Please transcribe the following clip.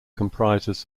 comprises